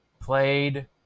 played